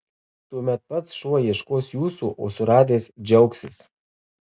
tuomet pats šuo ieškos jūsų o suradęs džiaugsis